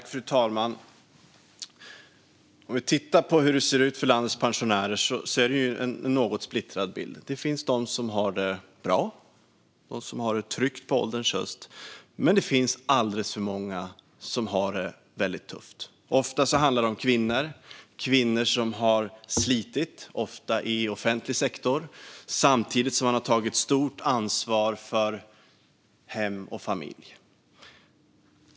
Fru talman! Om vi tittar på hur det ser ut för landets pensionärer ser vi en något splittrad bild. Det finns de som har det bra och tryggt på ålderns höst, men det finns alldeles för många som har det väldigt tufft. Det är ofta kvinnor. De har slitit, ofta i offentlig sektor, samtidigt som de tagit stort ansvar för hem och familj.